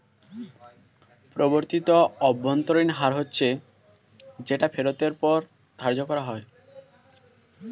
পরিবর্তিত অভ্যন্তরীণ হার হচ্ছে যেটা ফেরতের ওপর ধার্য করা হয়